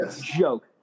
joke